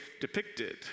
depicted